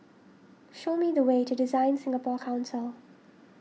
show me the way to DesignSingapore Council